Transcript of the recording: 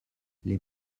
les